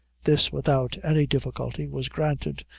this, without any difficulty, was granted,